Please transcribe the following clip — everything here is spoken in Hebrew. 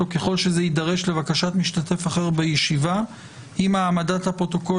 או ככל שזה יידרש לבקשת משתתף אחר בישיבה אם העמדת הפרוטוקול